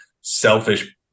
selfish